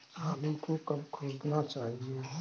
आलू को कब खोदना चाहिए?